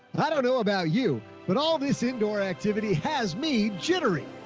i don't know about you, but all this indoor activity has me jittery.